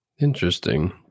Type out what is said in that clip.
Interesting